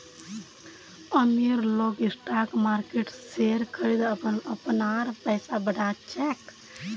अमीर लोग स्टॉक मार्किटत शेयर खरिदे अपनार पैसा बढ़ा छेक